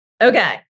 Okay